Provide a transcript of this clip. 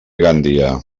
gandia